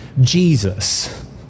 Jesus